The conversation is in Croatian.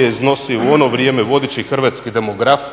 je iznosio u ono vrijeme vodeći hrvatski demograf